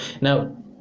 Now